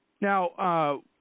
Now